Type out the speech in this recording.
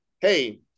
hey